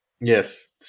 Yes